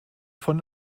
von